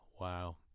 wow